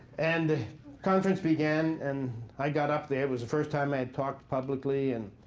and the conference began, and i got up there. it was the first time i had talked publicly. and,